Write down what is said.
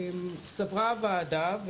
וסברה הוועדה,